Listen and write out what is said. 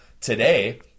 today